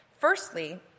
Firstly